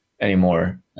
anymore